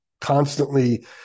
constantly